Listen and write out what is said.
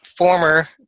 former